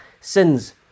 sins